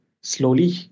slowly